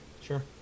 Sure